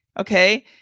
okay